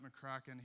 McCracken